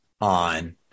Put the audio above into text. on